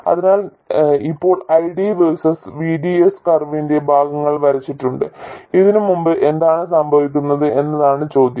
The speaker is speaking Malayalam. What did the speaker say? അതിനാൽ ഇപ്പോൾ ID വേഴ്സസ് VDS കർവിന്റെ ഭാഗങ്ങൾ വരച്ചിട്ടുണ്ട് ഇതിന് മുമ്പ് എന്താണ് സംഭവിക്കുന്നത് എന്നതാണ് ചോദ്യം